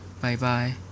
Bye-bye